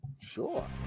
sure